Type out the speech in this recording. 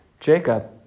Jacob